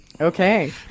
Okay